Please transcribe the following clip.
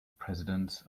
presidents